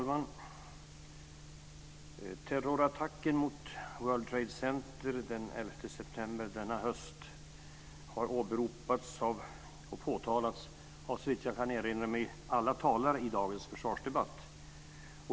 Fru talman! Terrorattacken mot World Trade Center den 11 september denna höst har åberopats och påtalats av, såvitt jag kan erinra mig, alla talare i dagens försvarsdebatt.